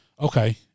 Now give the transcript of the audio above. okay